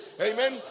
Amen